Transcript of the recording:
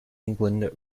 england